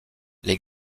les